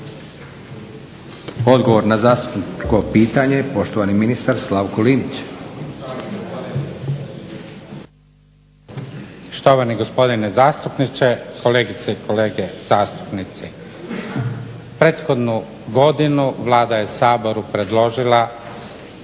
Odgovor na zastupničko pitanje, poštovani ministar Slavko Linić. **Linić, Slavko (SDP)** Štovani gospodine zastupniče, kolegice i kolege zastupnici. Prethodnu godinu Vlada je Saboru predložena